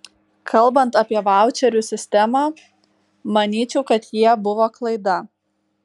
kalbant apie vaučerių sistemą manyčiau kad jie buvo klaida